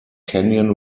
canyon